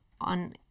on